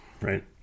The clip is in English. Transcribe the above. right